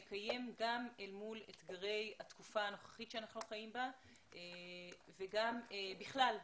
שנקיים גם אל מול תגרי התקופה הנוכחית בה אנחנו חיים וגם בכלל,